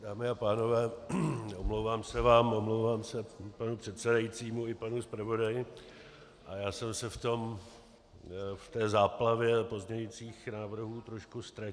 Dámy a pánové, omlouvám se vám, omlouvám se panu předsedajícímu i panu zpravodaji, ale já jsem se v té záplavě pozměňujících návrhů trošku ztratil.